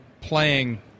playing